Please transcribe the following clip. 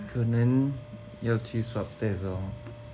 可能要去 swab test lor